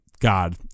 God